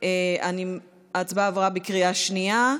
ההצעה עברה בקריאה שנייה,